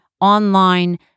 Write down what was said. online